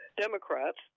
Democrats